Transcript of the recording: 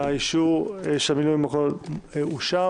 הצבעה אושר.